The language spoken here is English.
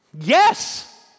Yes